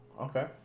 Okay